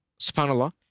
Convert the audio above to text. subhanAllah